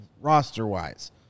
roster-wise